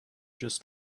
just